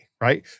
right